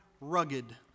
rugged